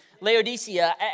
Laodicea